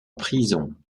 prison